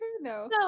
No